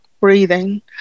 breathing